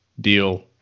deal